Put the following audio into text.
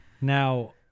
Now